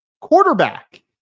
Quarterback